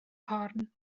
corn